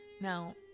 now